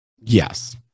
Yes